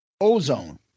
Ozone